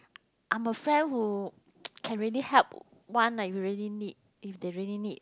I'm a friend who can really help one lah you really need if they really need